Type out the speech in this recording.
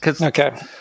Okay